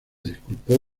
disculpó